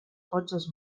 fotges